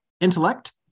intellect